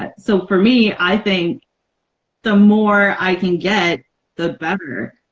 but so for me i think the more i can get the better.